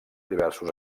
diversos